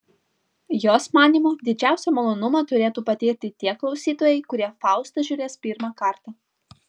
jos manymu didžiausią malonumą turėtų patirti tie klausytojai kurie faustą žiūrės pirmą kartą